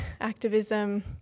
activism